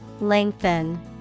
Lengthen